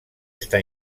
està